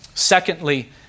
Secondly